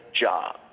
job